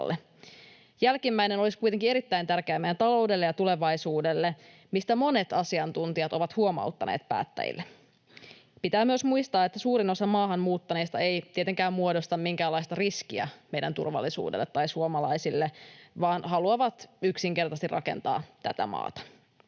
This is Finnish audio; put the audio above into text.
Jälkimmäinen olisi kuitenkin erittäin tärkeää meidän taloudelle ja tulevaisuudelle, mistä monet asiantuntijat ovat huomauttaneet päättäjille. Pitää myös muistaa, että suurin osa maahanmuuttaneista ei tietenkään muodosta minkäänlaista riskiä meidän turvallisuudelle tai suomalaisille vaan haluavat yksinkertaisesti rakentaa tätä maata.